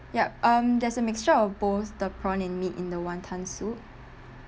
yup um there's a mixture of both the prawn and meat in the wanton soup